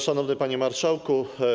Szanowny Panie Marszałku!